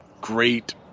great